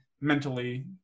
mentally